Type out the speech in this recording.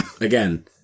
again